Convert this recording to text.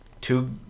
two